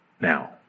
Now